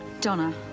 Donna